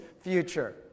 future